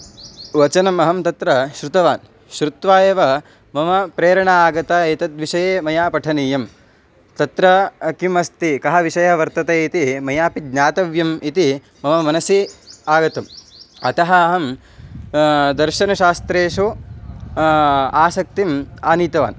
वचनम् अहं तत्र श्रुतवान् श्रुत्वा एव मम प्रेरणा आगता एतद्विषये मया पठनीयं तत्र किम् अस्ति कः विषयः वर्तते इति मयापि ज्ञातव्यम् इति मम मनसि आगतम् अतः अहं दर्शनशास्त्रेषु आसक्तिम् आनीतवान्